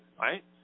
right